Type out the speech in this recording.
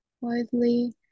widely